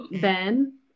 Ben